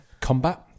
Combat